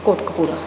Kotkapura